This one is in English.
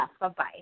Bye-bye